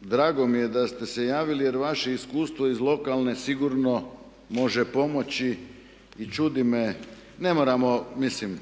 drago mi je da ste se javili jer vaše iskustvo iz lokalne sigurno može pomoći i čudi me, ne moramo mislim